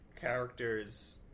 characters